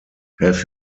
have